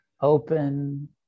open